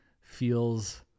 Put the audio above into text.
feels